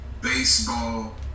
baseball